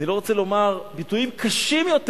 אני לא רוצה לומר ביטויים קשים יותר,